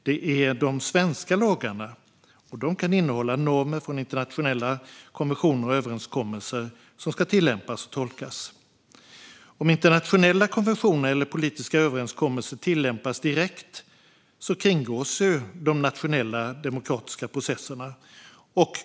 Det är de svenska lagarna - och de kan innehålla normer från internationella konventioner och överenskommelser - som ska tillämpas och tolkas. Om internationella konventioner eller politiska överenskommelser tillämpas direkt kringgås de nationella demokratiska processerna.